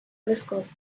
telescope